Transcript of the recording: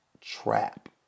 trap